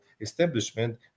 establishment